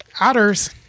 Otters